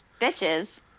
bitches